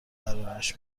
پرورش